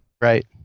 right